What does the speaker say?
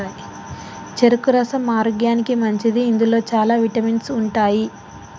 చెరుకు రసం ఆరోగ్యానికి మంచిది ఇందులో చాల విటమిన్స్ ఉంటాయి